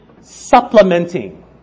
supplementing